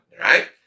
Right